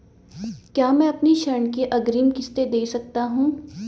क्या मैं अपनी ऋण की अग्रिम किश्त दें सकता हूँ?